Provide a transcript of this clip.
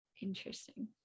Interesting